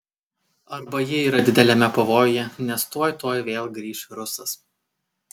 arba ji yra dideliame pavojuje nes tuoj tuoj vėl grįš rusas